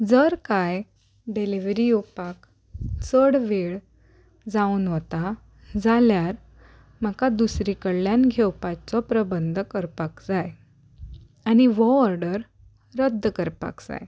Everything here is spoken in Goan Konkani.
जर कांय डिलिवरी येवपाक चड वेळ जावन वता जाल्यार म्हाका दुसरी कडल्यान घेवपाचो प्रबंद करपाक जाय आनी ही ऑर्डर रद्द करपाक जाय